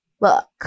look